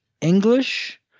English